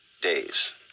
days